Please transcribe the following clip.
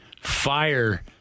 fire